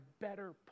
better